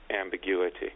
ambiguity